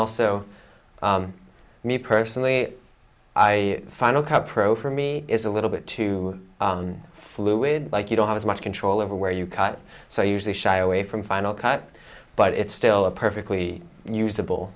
also me personally i final cut pro for me is a little bit too fluid like you don't have as much control over where you cut so usually shy away from final cut but it's still a perfectly usable